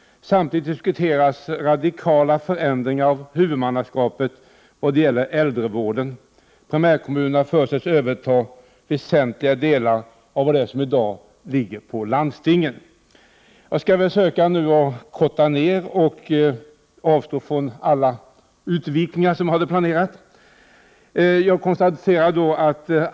Samtidigt diskuteras radikala förändringar av huvudmannaskapet vad gäller äldrevården. Primärkommunerna förutsätts överta väsentliga delar av vad som i dag ligger på landstingen. Jag skall försöka korta ner mitt anförande och avstå från alla de utvidgningar som jag hade planerat.